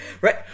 Right